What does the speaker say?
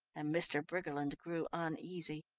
and mr. briggerland grew uneasy.